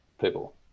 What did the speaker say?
people